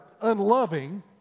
unloving